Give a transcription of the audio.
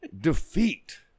Defeat